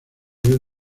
vez